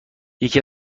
یکی